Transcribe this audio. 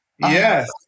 Yes